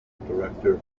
director